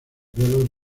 vuelos